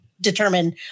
determine